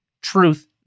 truth